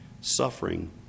Suffering